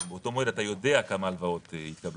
באותו מועד אתה יודע כמה הלוואות התקבלו